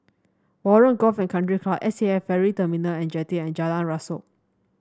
Warren Golf and Country Club S A F Ferry Terminal and Jetty and Jalan Rasok